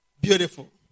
Beautiful